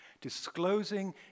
disclosing